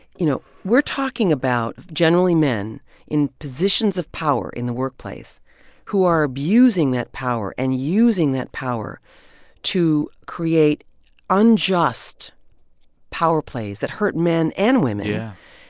you know, we're talking about generally men in positions of power in the workplace who are abusing that power and using that power to create unjust power plays that hurt men and women. yeah.